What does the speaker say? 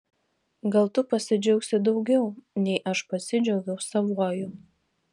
gal tu pasidžiaugsi daugiau nei aš pasidžiaugiau savuoju